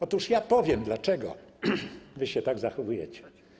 Otóż ja powiem, dlaczego wy się tak zachowujecie.